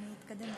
תודה רבה,